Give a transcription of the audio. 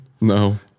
No